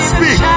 Speak